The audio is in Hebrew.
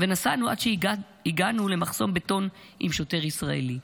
ונסענו עד שהגענו למחסום בטון עם שוטר ישראלי.